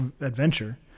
adventure